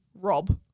Rob